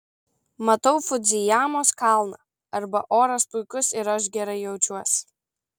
matau fudzijamos kalną arba oras puikus ir aš gerai jaučiuosi